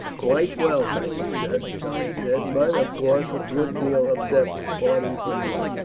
quite well, thank you, sir, charlie said but, of course, a good deal upset with parting from me.